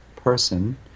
person